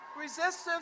Resistance